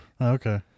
Okay